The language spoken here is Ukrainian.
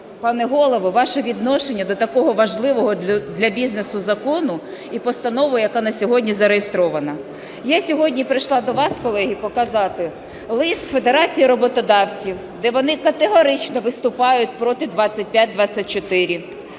пане Голово, ваше відношення до такого важливого для бізнесу закону і постанови, яка на сьогодні зареєстрована. Я сьогодні прийшла до вас, колеги, показати лист Федерації роботодавців, де вони категорично виступають проти 2524.